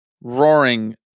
roaring